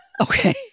Okay